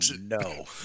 no